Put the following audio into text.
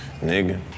nigga